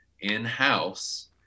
in-house